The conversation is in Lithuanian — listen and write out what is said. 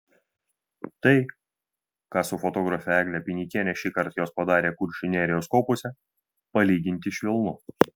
tai ką su fotografe egle pinikiene šįkart jos padarė kuršių nerijos kopose palyginti švelnu